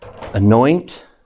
anoint